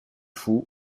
fou